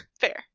Fair